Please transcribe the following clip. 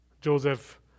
Joseph